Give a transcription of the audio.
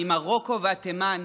ממרוקו ועד תימן,